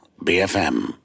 BFM